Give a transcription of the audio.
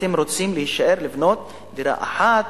אתם רוצים להישאר ולבנות דירה אחת,